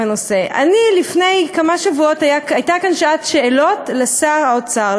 לפני כמה שבועות הייתה כאן שעת שאלות לשר האוצר,